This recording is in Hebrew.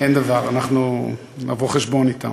אין דבר, אנחנו נבוא חשבון אתם.